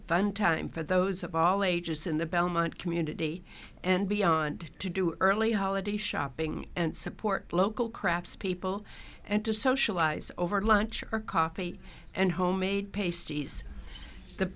fun time for those of all ages in the belmont community and beyond to do early holiday shopping and support local craps people and to socialize over lunch or coffee and homemade pastries the